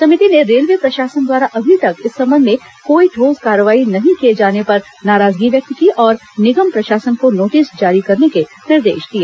समिति ने रेलवे प्रशासन द्वारा अभी तक इस संबंध में कोई ठोस कार्रवाई नहीं किए जाने पर नाराजगी व्यक्त की और निगम प्रशासन को नोटिस जारी करने के निर्देश दिए